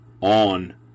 On